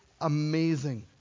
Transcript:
amazing